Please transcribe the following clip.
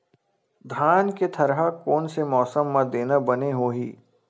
धान के थरहा कोन से मौसम म देना बने होही?